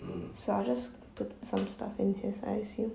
so I'll just put some stuff in his I assume